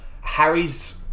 Harry's